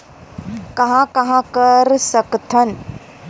कहां कहां कर सकथन?